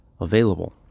available